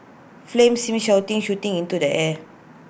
flames seen shooting into the air